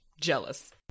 jealous